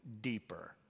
deeper